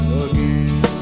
again